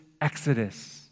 exodus